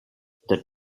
the